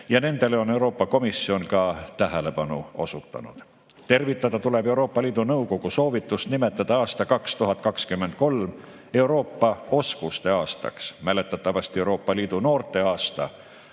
ja nendele on Euroopa Komisjon ka tähelepanu [juhtinud].Tervitada tuleb Euroopa Liidu Nõukogu soovitust nimetada aasta 2023 Euroopa oskusteaastaks. Mäletatavasti Euroopa Liidu noorteaasta